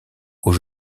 aux